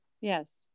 Yes